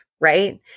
right